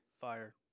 Fire